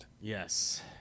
Yes